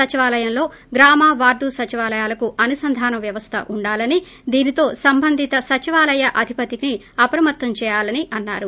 సచివాలయంతో గ్రామ వార్డు సచివాలయాలకు అనుసంధాన వ్యవస్థ ఉండాలని దీనితో సంబంధిత సచివాలయ అధిపతిని అప్రమత్తం చేయాలని అన్నారు